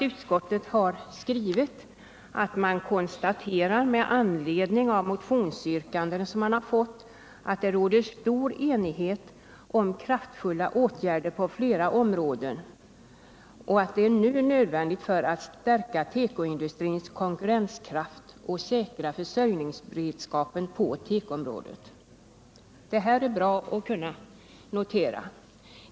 Utskottet konstaterar med anledning av motionsyrkanden att det råder stor enighet om kraftfulla åtgärder på flera områden och att sådana nu är nödvändiga för att stärka tekoindustrins konkurrenskraft och säkra försörjningsberedskapen på tekoområdet. Detta är bra att kunna notera.